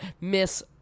Miss